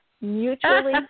mutually